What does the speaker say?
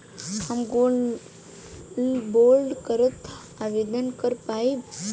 हम gold bond करती आवेदन कर पाईब?